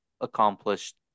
accomplished